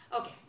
Okay